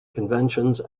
conventions